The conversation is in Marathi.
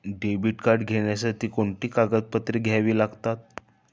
डेबिट कार्ड घेण्यासाठी कोणती कागदपत्रे द्यावी लागतात?